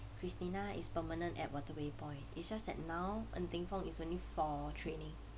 christina is permanent at waterway point it's just that now ng teng fong is only for training